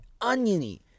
oniony